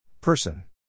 Person